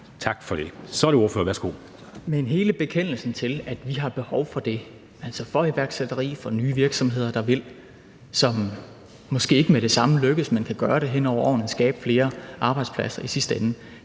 09:46 Jesper Petersen (S): Men hele bekendelsen til, at vi har behov for det – altså iværksætteri, nye virksomheder, der vil, og som måske ikke med det samme lykkes, men som kan gøre det hen over årene, altså skabe flere arbejdspladser i sidste ende